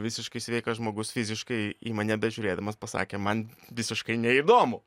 visiškai sveikas žmogus fiziškai į mane bežiūrėdamas pasakė man visiškai neįdomu